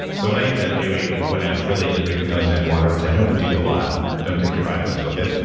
so, what i ended up doing when i was really into drinking ozonated water, which i don't do a lot, and don't take your vitamins with it,